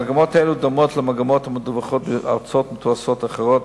מגמות אלה דומות למגמות המדווחות מארצות מתועשות אחרות.